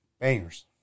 bangers